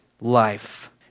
life